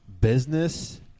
business